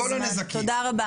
תודה רבה